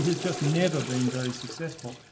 just just never been very successful.